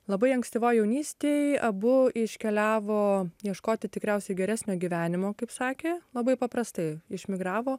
labai ankstyvoj jaunystėj abu iškeliavo ieškoti tikriausiai geresnio gyvenimo kaip sakė labai paprastai išmigravo